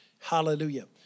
Hallelujah